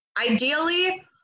Ideally